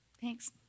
Thanks